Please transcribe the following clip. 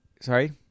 sorry